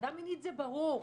בהטרדה מינית זה ברור.